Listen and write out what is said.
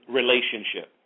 relationship